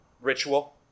ritual